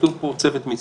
כתוב פה: צוות מיסים.